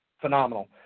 phenomenal